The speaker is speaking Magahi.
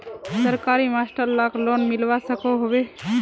सरकारी मास्टर लाक लोन मिलवा सकोहो होबे?